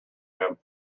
him